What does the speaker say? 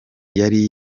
yari